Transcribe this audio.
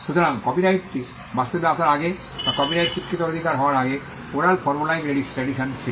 সুতরাং কপিরাইটটি বাস্তবে আসার আগে বা কপিরাইটটি স্বীকৃত অধিকার হওয়ার আগে ওরাল ফর্মুলাইক ট্রেডিশন ছিল